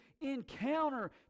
encounter